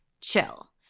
chill